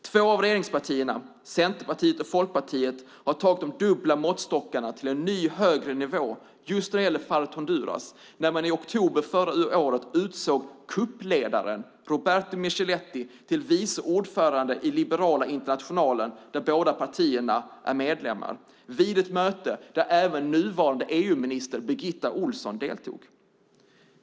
Två av regeringspartierna, Centerpartiet och Folkpartiet, har tagit de dubbla måttstockarna till en ny, högre nivå i fallet Honduras när man i oktober förra året utsåg kuppledaren Roberto Michelleti till vice ordförande i Liberala internationalen, där båda partierna är medlemmar, vid ett möte där även nuvarande EU-ministern Birgitta Ohlsson deltog.